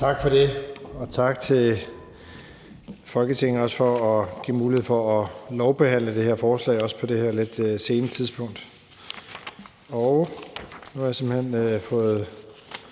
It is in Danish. Tak for det. Og også tak til Folketinget for at give mulighed for at lovbehandle det her forslag – også på det her lidt sene tidspunkt. Nu har jeg simpelt hen,